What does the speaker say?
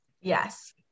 Yes